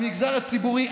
המגזר הציבורי,